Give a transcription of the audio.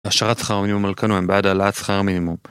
השארת שכר המינימום על כנו, הם בעד העלאת שכר המינימום.